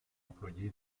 employé